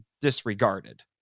disregarded